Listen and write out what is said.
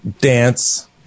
dance